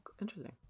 Interesting